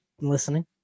listening